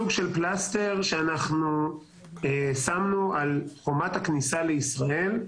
הוא סוג של פלסטר ששמנו על הכניסה לישראל,